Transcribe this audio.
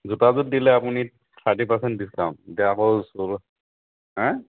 জোতাযোৰত দিলে আপুনি thirty percent discount এতিয়া আকৌ হাঁ